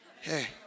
hey